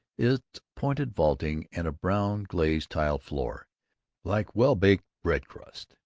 its pointed vaulting, and a brown glazed-tile floor like well-baked bread-crust,